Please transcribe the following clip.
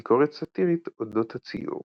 ביקורת סאטירית אודות הציור